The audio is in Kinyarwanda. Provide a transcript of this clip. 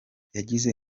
yagize